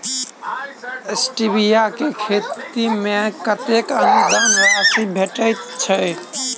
Stevia केँ खेती मे कतेक अनुदान राशि भेटैत अछि?